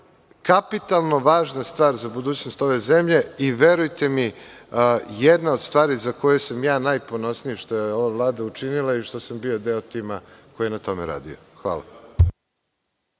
kapitalno važna stvar za budućnost ove zemlje i verujte mi jedna od stvari za koju sam najponosniji što je ova Vlada učinila i što sam bio deo tima koji je na tome radio. Hvala.